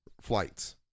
flights